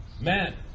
Man